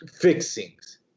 fixings